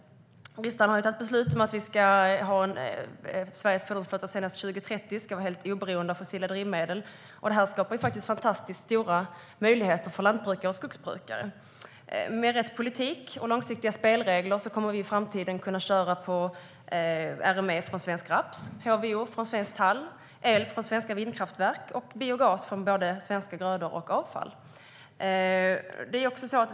Riksdagen har fattat beslut om att Sverige ska vara oberoende av fossila drivmedel senast 2030. Detta skapar stora möjligheter för lantbrukarna och skogsbrukarna. Med rätt politik och långsiktiga spelregler kommer vi i framtiden att köra på RME från svensk raps, HVO från svensk tall, el från svenska vindkraftverk och biogas från både svenska grödor och svenskt avfall.